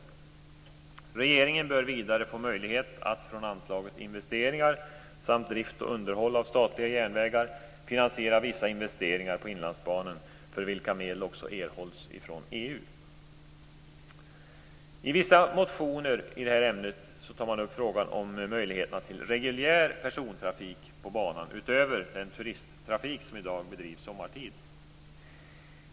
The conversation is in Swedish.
Regeringen bör vidare få möjlighet att från anslaget Investeringar samt drift och underhåll av statliga järnvägar finansiera vissa investeringar på I vissa motioner tas frågan upp om det skulle vara möjligt med reguljär persontrafik på banan utöver den turisttrafik som i dag bedrivs sommartid.